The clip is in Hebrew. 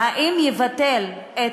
והאם תבטל את